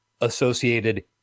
associated